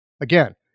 Again